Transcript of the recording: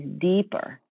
deeper